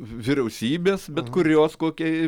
vi vyriausybės bet kurios kokia